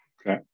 Okay